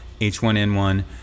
h1n1